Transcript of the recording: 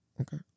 Okay